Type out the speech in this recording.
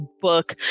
book